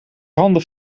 handen